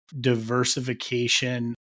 diversification